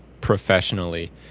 professionally